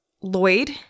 Lloyd